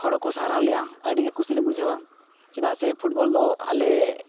ᱦᱚᱲ ᱦᱚᱸᱠᱚ ᱥᱟᱨᱦᱟᱣ ᱞᱮᱭᱟ ᱟᱹᱰᱤᱜᱮ ᱠᱩᱥᱤᱞᱮ ᱵᱩᱡᱷᱟᱹᱣᱟ ᱪᱮᱫᱟᱜ ᱥᱮ ᱫᱚ ᱟᱞᱮ